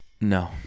no